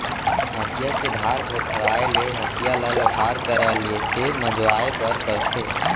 हँसिया के धार भोथराय ले हँसिया ल लोहार करा ले से मँजवाए बर परथे